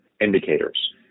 indicators